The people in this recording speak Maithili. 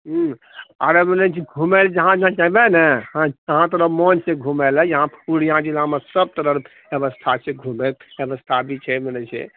हूँ आरऽ मने घुमै लए जहाँ जहाँ जेबै ने हँ तहाँ तोरा मोन छै घुमैला यहाँ पूर्णिया जिलामे सब तरहकेँ व्यवस्था छै घुमएके भी व्यवस्था छै मने जे